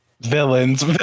villains